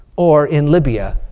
or in libya.